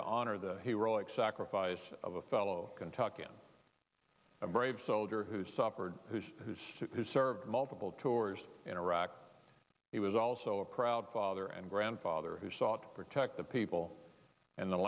to honor the heroic sacrifice of a fellow kentucky and a brave soldier who suffered whose who's served multiple tours in iraq he was also a proud father and grandfather who sought to protect the people in the